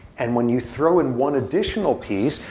and when you throw in one additional piece,